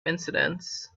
incidents